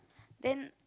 then